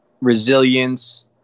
resilience